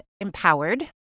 empowered